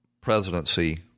presidency